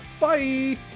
Bye